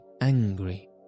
angry